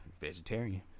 Vegetarian